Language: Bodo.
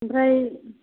ओमफ्राय